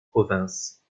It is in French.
province